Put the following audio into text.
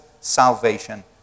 salvation